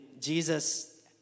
Jesus